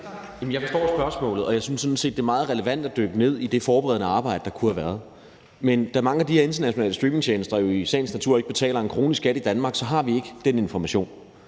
jeg forstår spørgsmålet, og jeg synes sådan set, det er meget relevant at dykke ned i det forberedende arbejde, der kunne have været, men da mange af de her internationale streamingtjenester jo i sagens natur ikke betaler én krone i skat i Danmark, så har vi ikke den information.